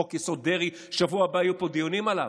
חוק-יסוד: דרעי, בשבוע הבא יהיו פה דיונים עליו.